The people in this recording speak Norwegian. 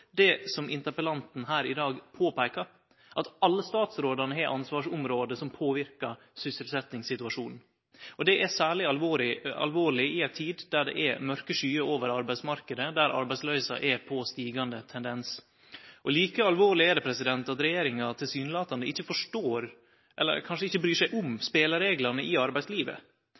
det som interpellanten her i dag påpeiker, at alle statsrådane har ansvarsområde som påverkar sysselsetjingssituasjonen. Det er særleg alvorleg i ei tid der det er mørke skyar over arbeidsmarknaden, og der tendensen er at arbeidsløysa er stigande. Like alvorleg er det at regjeringa tilsynelatande ikkje forstår eller kanskje ikkje bryr seg om spelereglane i arbeidslivet.